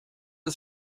des